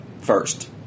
First